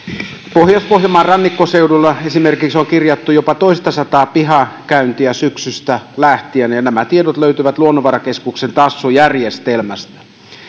pohjois pohjanmaan rannikkoseudulla on kirjattu jopa toistasataa pihakäyntiä syksystä lähtien ja nämä tiedot löytyvät luonnonvarakeskuksen tassu järjestelmästä